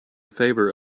favor